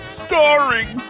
starring